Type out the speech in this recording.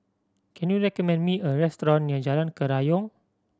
can you recommend me a restaurant near Jalan Kerayong